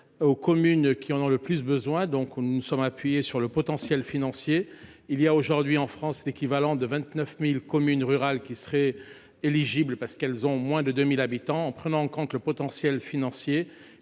aux communes qui en ont le plus besoin. Nous nous sommes appuyés sur le potentiel financier. On compte aujourd’hui en France l’équivalent de 29 000 communes rurales qui seraient éligibles puisqu’elles comptent moins de 2 000 habitants. En prenant en compte le potentiel financier,